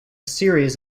series